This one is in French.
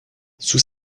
sous